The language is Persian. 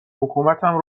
حکومتم